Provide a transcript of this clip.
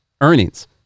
earnings